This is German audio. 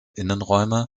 innenräume